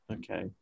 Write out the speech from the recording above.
Okay